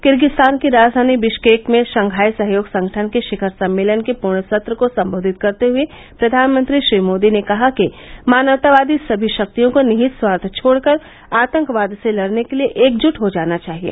Kyrgyzstan की राजधानी Bishkek में शंघाई सहयोग संगठन के शिखर सम्मेलन के पूर्ण सत्र को संबोधित करते हुए प्रधानमंत्री श्री मोदी ने कहा कि मानवतावादी सभी शक्तियों को निहित स्वार्थ छोड़कर आतंकवाद से लड़ने के लिए एकज्ट हो जाना चाहिए